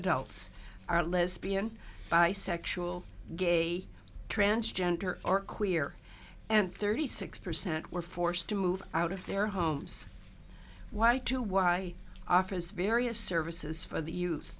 adults are lesbian bisexual gay transgender or queer and thirty six percent were forced to move out of their homes why to why office various services for the youth